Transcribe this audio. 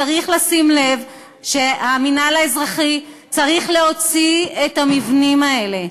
צריך לשים לב לכך שהמינהל האזרחי צריך להוציא את המבנים האלה.